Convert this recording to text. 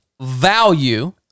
value